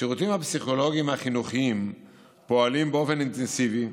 השירותים הפסיכולוגיים החינוכיים פועלים באופן אינטנסיבי.